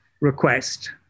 request